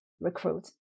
recruit